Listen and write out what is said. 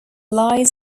lies